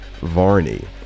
Varney